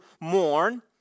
mourn